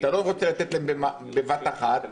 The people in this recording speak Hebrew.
אתה לא רוצה לתת להם בבת אחת,